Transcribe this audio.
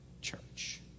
church